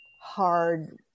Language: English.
hard